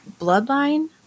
bloodline